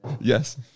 Yes